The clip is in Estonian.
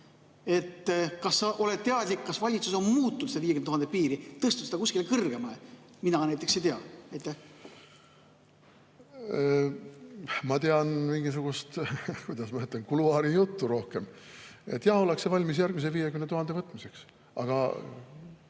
Kas sa oled teadlik, kas valitsus on muutnud seda 50 000 piiri, tõstnud seda kõrgemale? Mina näiteks ei tea. Ma tean mingisugust, kuidas öelda, kuluaarijuttu. Jah, ollakse valmis järgmise 50 000 võtmiseks. Aga